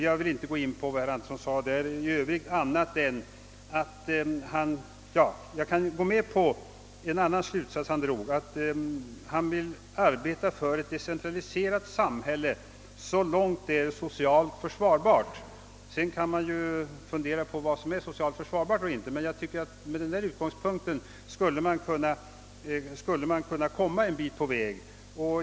Jag kan gå med på en annan slutsats han drog. Han vill arbeta för ett decentraliserat samhälle så långt det är socialt försvarbart. Man kan fundera på vad som är socialt försvarbart eller inte, men jag tycker att man med denna utgångspunkt skulle kunna komma en bit på väg.